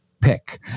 pick